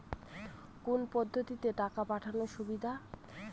কোন পদ্ধতিতে টাকা পাঠানো সুবিধা?